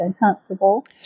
uncomfortable